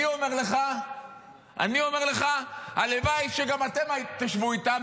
אני אומר לך, הלוואי שגם אתם תשבו איתם.